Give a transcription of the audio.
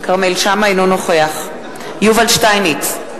אינו נוכח יובל שטייניץ,